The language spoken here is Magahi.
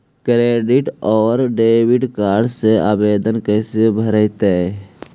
क्रेडिट और डेबिट कार्ड के आवेदन कैसे भरैतैय?